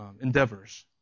endeavors